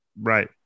right